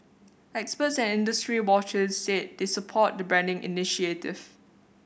experts and industry watchers said they support the branding initiative